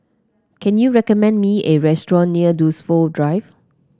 can you recommend me a restaurant near Dunsfold Drive